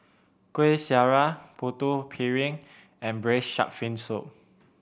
Kuih Syara Putu Piring and Braised Shark Fin Soup